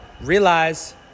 realize